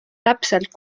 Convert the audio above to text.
täpselt